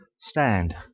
stand